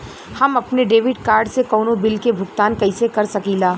हम अपने debit card से कउनो बिल के भुगतान कइसे कर सकीला?